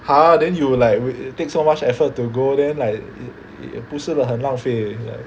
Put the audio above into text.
!huh! then you like take so much effort to go then like 不是很浪费